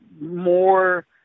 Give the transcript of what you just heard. more